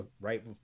right